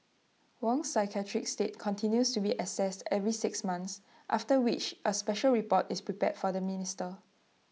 Wong's psychiatric state continues to be assessed every six months after which A special report is prepared for the minister